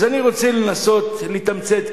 אז אני רוצה לנסות לתמצת,